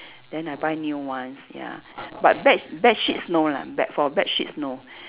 then I buy new ones ya but bed bedsheets no lah bed but for bedsheets no